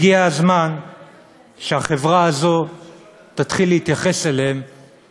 הגיע הזמן שהחברה הזאת תתחיל להתייחס אליהם